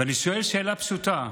ואני שואל שאלה פשוטה: